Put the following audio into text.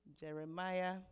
Jeremiah